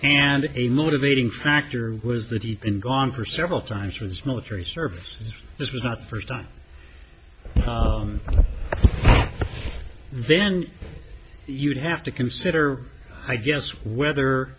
and a motivating factor was that he'd been gone for several times for his military service this was not the first time then you'd have to consider i guess whether